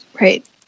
Right